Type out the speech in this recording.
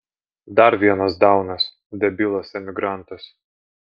dar vienas daunas debilas emigrantas